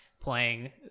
playing